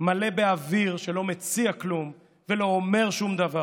מלא באוויר שלא מציע כלום ולא אומר שום דבר.